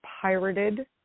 pirated